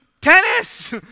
Tennis